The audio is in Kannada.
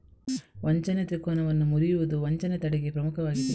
ವಂಚನೆ ತ್ರಿಕೋನವನ್ನು ಮುರಿಯುವುದು ವಂಚನೆ ತಡೆಗೆ ಪ್ರಮುಖವಾಗಿದೆ